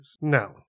No